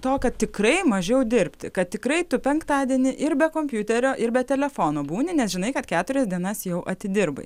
tokia tikrai mažiau dirbti kad tikrai tu penktadienį ir be kompiuterio ir be telefono būni nes žinai kad keturias dienas jau atidirbai